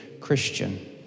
Christian